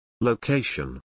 Location